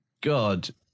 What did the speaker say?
God